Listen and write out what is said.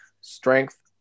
strength